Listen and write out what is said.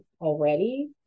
already